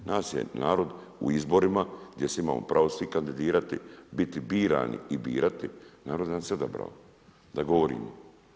Nas je narod u izborima, gdje se imamo pravo svi kandidirati, biti birati i birani, narod je nas odabrao da govorimo.